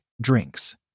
Drinks